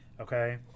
okay